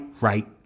right